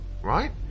right